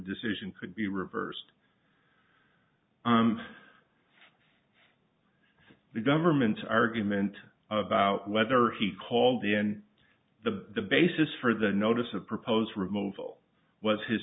decision could be reversed the government's argument about whether he called in the basis for the notice of proposed removal was his